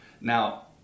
Now